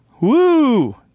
Woo